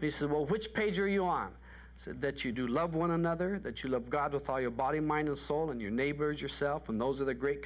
be civil which page are you on so that you do love one another that you love god with all your body mind and soul and your neighbor as yourself and those are the great